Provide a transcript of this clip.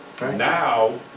Now